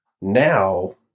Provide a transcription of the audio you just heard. Now